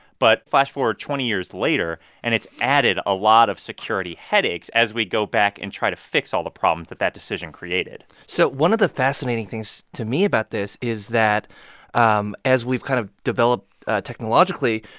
but flash-forward twenty years later, and it's added a lot of security headaches as we go back and try to fix all the problems that that decision created so one of the fascinating things to me about this is that um as we've kind of developed technologically,